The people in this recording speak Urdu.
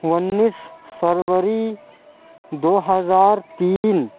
اُنیس فروری دو ہزار تین